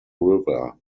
river